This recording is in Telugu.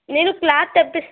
నేను క్లాత్ తెప్పిస్తే